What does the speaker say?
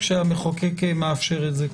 כשהמחוקק מאפשר את זה.